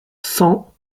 cent